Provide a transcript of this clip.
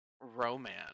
romance